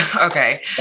Okay